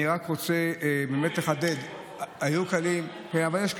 אני רק רוצה באמת לחדד, היו, אורי, יש רוב.